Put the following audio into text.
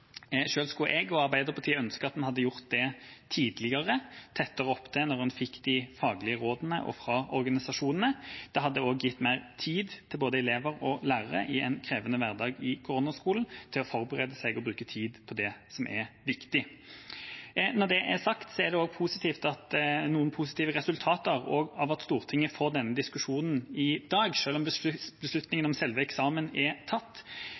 skulle jeg og Arbeiderpartiet ønske at vi hadde gjort det tidligere, tettere opp til når en fikk de faglige rådene fra organisasjonene. Det hadde også gitt mer tid til både elever og lærere, i en krevende hverdag i korona-skolen, til å forberede seg og bruke tid på det som er viktig. Når det er sagt, er det også noen positive resultater av at Stortinget får denne diskusjonen i dag, selv om beslutningen om selve eksamen er tatt,